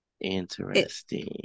Interesting